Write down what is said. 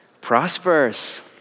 Prosperous